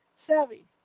Savvy